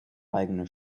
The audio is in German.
eigene